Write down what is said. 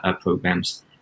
programs